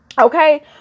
okay